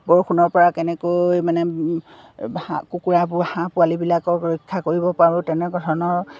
বৰষুণৰ পৰা কেনেকৈ মানে হাঁহ কুকুৰা হাঁহ পোৱালিবিলাকক ৰক্ষা কৰিব পাৰোঁ তেনেকুৱা ধৰণৰ